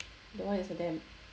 that one is a dam